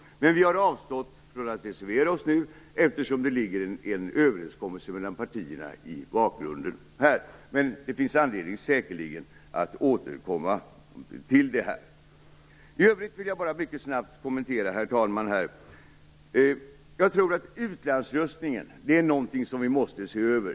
Vi har dock avstått från att reservera oss nu, eftersom det i bakgrunden ligger en överenskommelse mellan partierna, men det finns säkerligen anledning att återkomma till detta. Jag vill i övrigt, herr talman, bara göra en mycket snabb kommentar. Jag tror att vi måste se över utlandsröstningen.